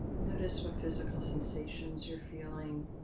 notice what physical sensations you're feeling.